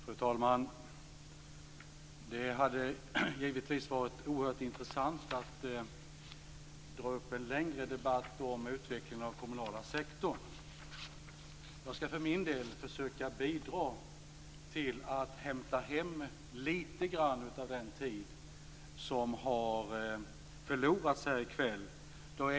Fru talman! Det hade givetvis varit oerhört intressant att dra i gång en längre debatt om utvecklingen av den kommunala sektorn. Jag skall för min del försöka bidra till att hämta hem lite grann av den tid som har förlorats här i kväll.